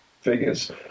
Figures